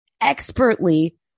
expertly